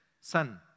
son